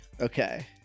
Okay